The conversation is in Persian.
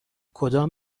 کدام